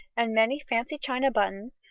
and many fancy china buttons,